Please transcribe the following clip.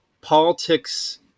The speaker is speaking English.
Politics